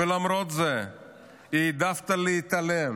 ולמרות זאת העדפת להתעלם.